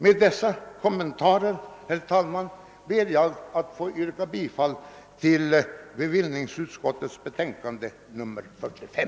Med dessa kommentarer, herr talman, ber jag att få yrka bifall till bevillningsutskottets hemställan i betänkande nr 45.